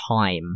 time